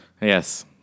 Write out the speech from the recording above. Yes